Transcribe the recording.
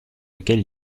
lequel